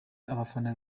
abafana